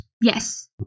Yes